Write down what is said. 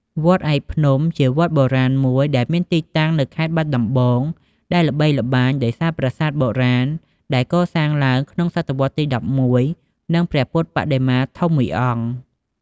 វត្តឯកភ្នំ ជាវត្តបុរាណមួយដែលមានទីតាំងនៅខេត្តបាត់ដំបង ដែលល្បីល្បាញដោយសារប្រាសាទបុរាណដែលកសាងឡើងក្នុងសតវត្សរ៍ទី១១ និងព្រះពុទ្ធបដិមាធំមួយអង្គ។